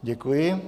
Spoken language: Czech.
Děkuji.